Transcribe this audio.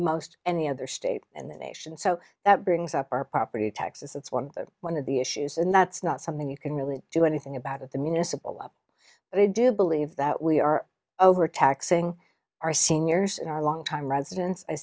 most any other state in the nation so that brings up our property taxes that's one of one of the issues and that's not something you can really do anything about at the municipal law but i do believe that we are overtaxing our seniors and our longtime residents i